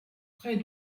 près